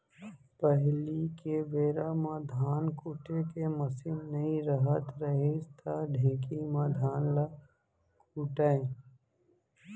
पहिली के बेरा म धान कुटे के मसीन नइ रहत रहिस त ढेंकी म धान ल कूटयँ